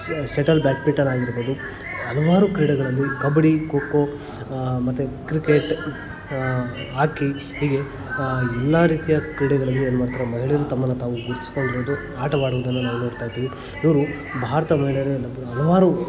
shuttle badminton ಆಗಿರ್ಬೊದು ಹಲವಾರು ಕ್ರೀಡೆಗಳಲ್ಲಿ ಕಬಡ್ಡಿ ಖೋ ಖೋ ಮತ್ತು ಕ್ರಿಕೆಟ್ ಹಾಕಿ ಹೀಗೆ ಎಲ್ಲಾ ರೀತಿಯ ಕ್ರೀಡೆಗಳಲ್ಲಿ ಏನ್ಮಾಡ್ತಾರೊ ಮಹಿಳೆಯರು ತಮ್ಮನ್ನು ತಾವು ಗುರ್ತಿಸ್ಕೊಂಡಿರೋದು ಆಟವಾಡುವುದನ್ನು ನಾವು ನೋಡ್ತಾಯಿದ್ದೀವಿ ಇವರು ಭಾರತ ಮಹಿಳೆಯರೇ ಹಲವಾರು